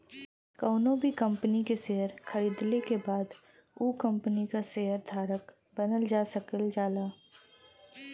कउनो भी कंपनी क शेयर खरीदले के बाद उ कम्पनी क शेयर धारक बनल जा सकल जाला